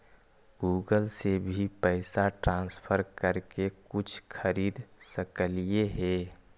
Google से भी पैसा ट्रांसफर कर के कुछ खरिद सकलिऐ हे?